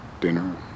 dinner